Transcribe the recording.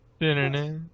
Internet